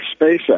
SpaceX